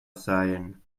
seien